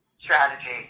strategy